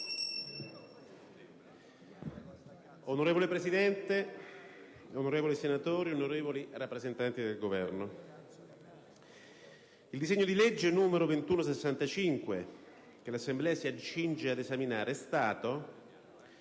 Signora Presidente, onorevoli senatori, onorevoli rappresentanti del Governo, il disegno di legge n. 2165, che l'Assemblea si accinge ad esaminare, è stato,